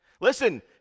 Listen